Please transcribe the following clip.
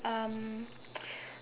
um